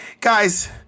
Guys